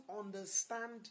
understand